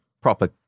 proper